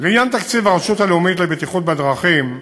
לעניין תקציב הרשות הלאומית לבטיחות בדרכים,